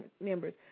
members